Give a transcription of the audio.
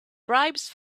bribes